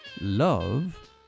Love